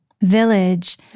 village